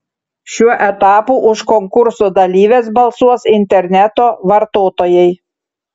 šiuo etapu už konkurso dalyves balsuos interneto vartotojai